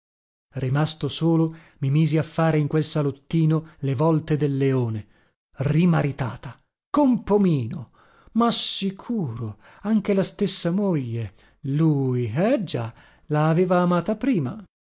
rimasto solo mi misi a fare in quel salottino le volte del leone rimaritata con pomino ma sicuro anche la stessa moglie lui eh già la aveva amata prima